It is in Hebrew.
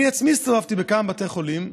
אני עצמי הסתובבתי בכמה בתי חולים,